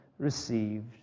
Received